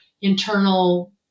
internal